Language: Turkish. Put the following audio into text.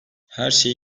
herşeyi